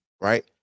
right